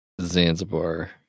Zanzibar